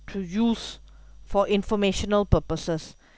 to use for informational purposes